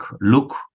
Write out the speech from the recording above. look